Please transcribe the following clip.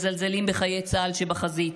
מזלזלים בחיילי צה"ל שבחזית,